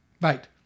right